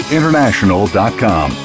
International.com